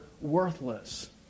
worthless